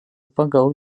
pagal